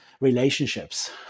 relationships